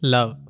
Love